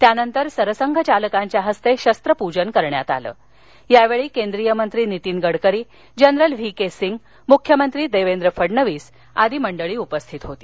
त्यानंतर सरसंघचालकांच्या हस्ते शस्त्रपूजन करण्यात आलं यावेळी केंद्रीयमंत्री Nitin Gadkari general V K Singh मुख्यमंत्री देवेंद्र फडणविस उपस्थित होते